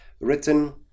written